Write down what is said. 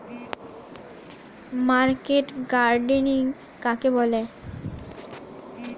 Market gardening কাকে বলে?